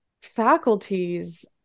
faculties